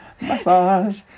Massage